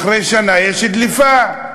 אחרי שנה יש דליפה.